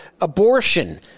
abortion